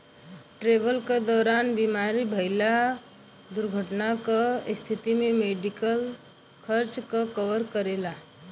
travel क दौरान बीमार भइले या दुर्घटना क स्थिति में मेडिकल खर्च क कवर करेला